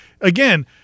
again